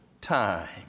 time